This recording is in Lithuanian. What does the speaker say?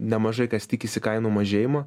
nemažai kas tikisi kainų mažėjimo